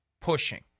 pushing